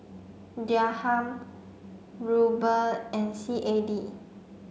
Dirham Ruble and C A D